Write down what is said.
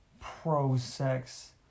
Pro-sex